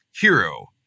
hero